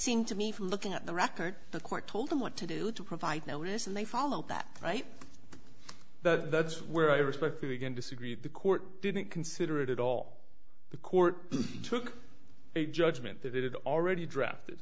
seemed to me from looking at the record the court told them what to do to provide notice and they followed that right that's where i respectfully begin disagreed the court didn't consider it at all the court took a judgment that it had already drafted